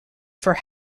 for